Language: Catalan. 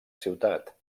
ciutat